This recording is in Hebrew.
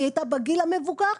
היא הייתה בגיל המבוגר.